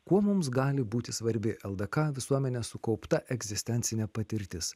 kuo mums gali būti svarbi ldk visuomenės sukaupta egzistencinė patirtis